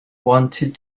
wanted